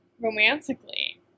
romantically